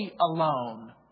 alone